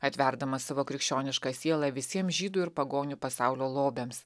atverdamas savo krikščionišką sielą visiems žydų ir pagonių pasaulio lobiams